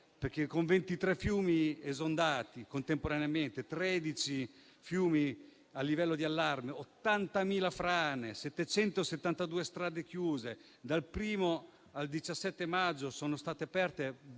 perché, con 23 fiumi esondati contemporaneamente, 13 fiumi a livello di allarme, 80.000 frane, 772 strade chiuse, dal 1° al 17 maggio sono state aperte